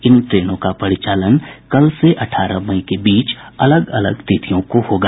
इन ट्रेनों का परिचालन कल से अठारह मई के बीच अलग अलग तिथियों को होगा